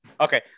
Okay